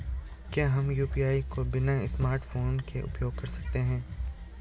क्या हम यु.पी.आई को बिना स्मार्टफ़ोन के प्रयोग कर सकते हैं?